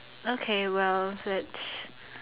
okay well let's